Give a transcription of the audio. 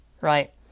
right